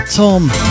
Tom